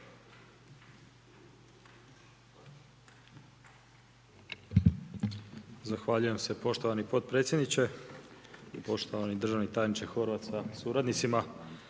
Zahvaljujem se poštovani potpredsjedniče Sabora. Poštovani državni tajniče Katić sa suradnikom.